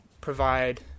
provide